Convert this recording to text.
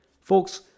Folks